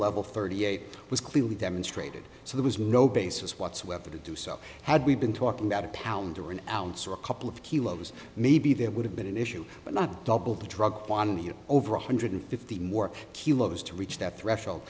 level thirty eight was clearly demonstrated so there was no basis whatsoever to do so had we been talking about a pound or an ounce or a couple of kilos maybe that would have been an issue but not double the drug over one hundred fifty more kilos to reach that threshold